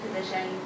position